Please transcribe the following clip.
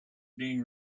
being